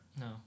No